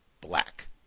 black